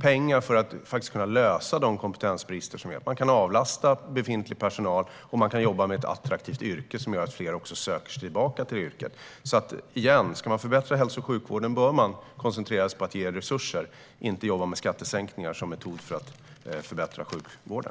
pengar för att man ska kunna lösa de kompetensbrister som finns genom att avlasta befintlig personal och jobba med att göra yrket attraktivt så att fler söker sig tillbaka till det. Återigen: Ska man förbättra hälso och sjukvården bör man koncentrera sig på att ge resurser, inte jobba med skattesänkningar som metod för att förbättra sjukvården.